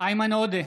איימן עודה,